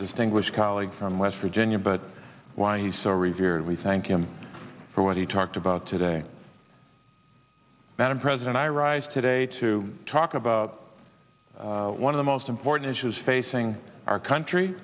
distinguished colleague from west virginia but why he's so revered we thank him for what he talked about today madam president i rise today to talk about one of the most important issues facing our country